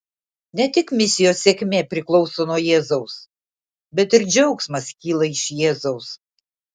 ne tik misijos sėkmė priklauso nuo jėzaus bet ir džiaugsmas kyla iš jėzaus